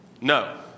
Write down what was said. No